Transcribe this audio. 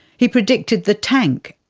he predicted the tank,